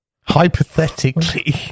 Hypothetically